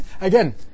Again